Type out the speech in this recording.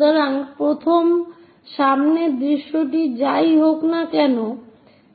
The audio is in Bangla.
সুতরাং প্রথম সামনের দৃশ্যটি যাই হোক না কেন